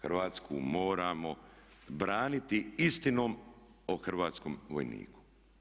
Hrvatsku moramo braniti istinom o hrvatskom vojniku.